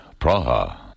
Praha